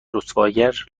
رسواگر